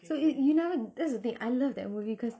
so it you never that's the thing I love that movie cause